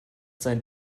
seinen